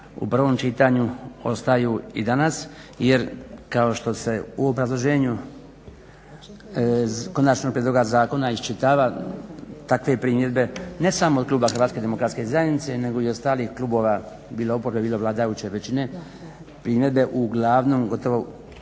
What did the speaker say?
u prvom čitanju ostaju i danas jer kao što se u obrazloženju konačnog prijedloga zakona iščitava takve primjedbe ne samo od kluba HDZ-a nego i ostalih klubova bilo oporbe bilo vladajuće većine primjedbe uglavnom gotovo